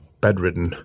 bedridden